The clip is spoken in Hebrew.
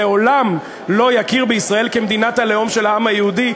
שלעולם לא יכיר בישראל כמדינת הלאום של העם היהודי.